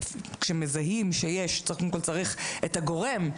כשמזהים שיש קודם כול צריך את הגורם,